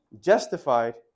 Justified